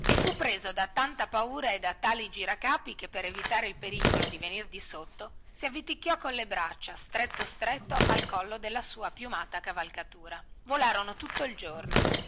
e fu preso da tanta paura e da tali giracapi che per evitare il pericolo di venir disotto si avviticchiò colle braccia stretto stretto al collo della sua piumata cavalcatura volarono tutto il giorno